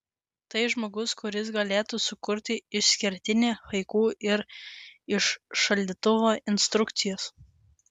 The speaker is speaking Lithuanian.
tai žmogus kuris galėtų sukurti išskirtinį haiku ir iš šaldytuvo instrukcijos